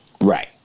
Right